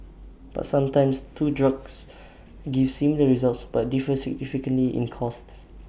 but sometimes two drugs give similar results but differ significantly in costs